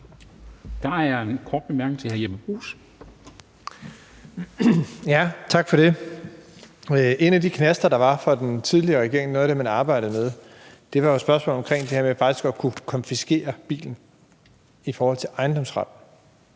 Der er en kort bemærkning fra hr. Jeppe Bruus. Kl. 10:33 Jeppe Bruus (S): En af de knaster, der var for den tidligere regering, altså noget af det, man arbejdede med, var jo spørgsmålet omkring det her med faktisk at kunne konfiskere bilen i forhold til ejendomsretten.